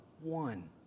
one